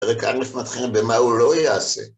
וכאן אנחנו מתחילים במה הוא לא יעשה.